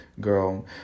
girl